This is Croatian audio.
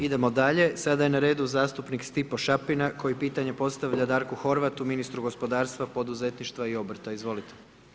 Idemo dalje, sada je na redu zastupnik Stipo Šapina, koji pitanje postavlja Darku Horvatu, ministru gospodarstva, poduzetništva i obrta, izvolite.